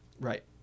Right